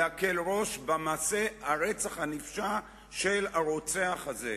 להקל ראש במעשה הרצח הנפשע של הרוצח הזה.